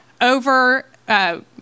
over